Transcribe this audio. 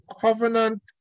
covenant